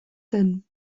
zen